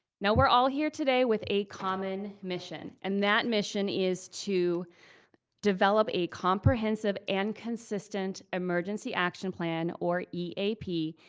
now, we're all here today with a common mission. and that mission is to develop a comprehensive and consistent emergency action plan, or eap,